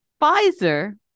Pfizer